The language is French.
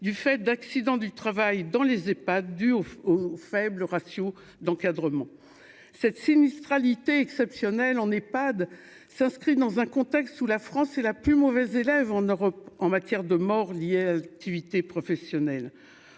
du fait d'accidents du travail dans les c'est pas du off au faible ratio d'encadrement cette sinistralité exceptionnelle en est pas s'inscrit dans un contexte où la France, c'est la plus mauvaise élève en Europe en matière de morts liés activité professionnelle